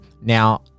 Now